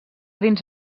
dins